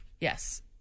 Yes